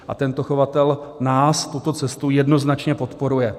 A tento chovatel nás a tuto cestu jednoznačně podporuje.